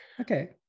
Okay